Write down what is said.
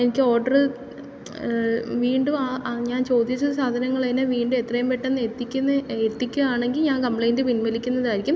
എനിക്ക് ഓഡ്റ് വീണ്ടും ആ ഞാൻ ചോദിച്ച സാധനങ്ങൾ തന്നെ വീണ്ടും എത്രയുംപെട്ടെന്ന് എത്തിക്കുന്ന എത്തിക്കുകയാണെങ്കിൽ ഞാൻ കംപ്ലൈൻ്റ് പിൻവലിക്കുന്നതായിരിക്കും